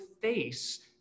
face